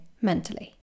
mentally